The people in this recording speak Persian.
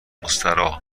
مستراح